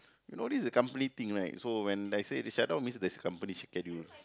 you know this is a company thing right so when I say they shut down means there's company schedule